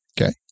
Okay